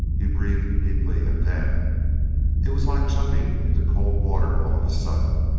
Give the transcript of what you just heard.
he breathed deeply, and then it was like jumping into cold water all of a sudden.